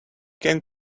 can